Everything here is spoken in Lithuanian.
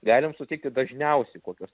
galim sutikti dažniausiai kokios